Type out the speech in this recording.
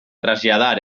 traslladar